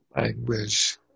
Language